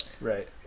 Right